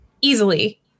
easily